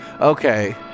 Okay